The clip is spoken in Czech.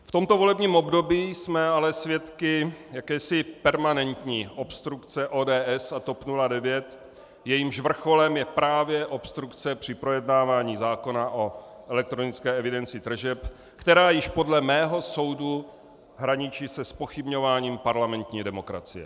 V tomto volebním období jsme ale svědky jakési permanentní obstrukce ODS a TOP 09, jejímž vrcholem je právě obstrukce při projednávání zákona o elektronické evidenci tržeb, která již podle mého soudu hraničí se zpochybňováním parlamentní demokracie.